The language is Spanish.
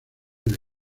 del